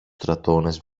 στρατώνες